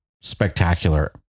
spectacular